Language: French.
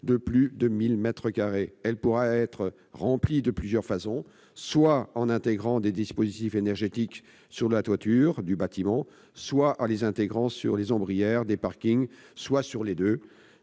de plus de 1 000 mètres carrés. Elle pourra être remplie de plusieurs façons : soit en intégrant des dispositifs énergétiques sur la toiture du bâtiment, soit en les intégrant sur les ombrières des parkings, soit sur les deux.